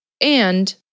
and-